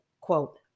quote